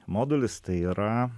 modulis tai yra